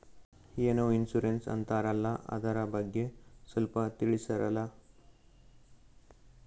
ಏನೋ ಇನ್ಸೂರೆನ್ಸ್ ಅಂತಾರಲ್ಲ, ಅದರ ಬಗ್ಗೆ ಸ್ವಲ್ಪ ತಿಳಿಸರಲಾ?